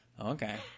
Okay